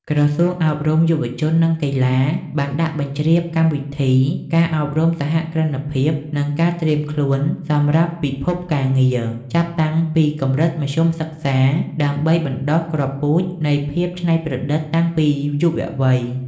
ក្រសួងអប់រំ យុវជន និងកីឡា បានដាក់បញ្ជ្រាបកម្មវិធី "ការអប់រំសហគ្រិនភាព និងការត្រៀមខ្លួនសម្រាប់ពិភពការងារ" ចាប់តាំងពីកម្រិតមធ្យមសិក្សា ដើម្បីបណ្ដុះគ្រាប់ពូជនៃភាពច្នៃប្រឌិតតាំងពីយុវវ័យ។